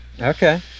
Okay